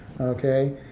Okay